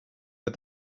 but